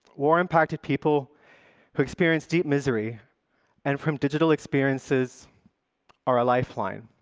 war-impacted people who experience deep misery and for whom digital experiences are a lifeline.